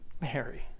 Mary